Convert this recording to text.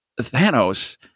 Thanos